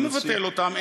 אני לא מבטל אותם.